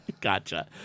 Gotcha